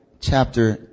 chapter